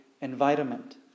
environment